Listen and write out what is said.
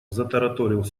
затараторил